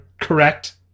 correct